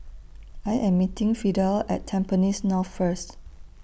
I Am meeting Fidel At Tampines North First